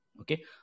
Okay